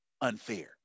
unfair